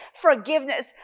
Forgiveness